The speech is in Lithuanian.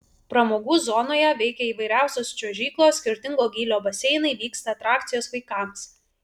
pramogų zonoje veikia įvairiausios čiuožyklos skirtingo gylio baseinai vyksta atrakcijos vaikams